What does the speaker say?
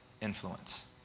influence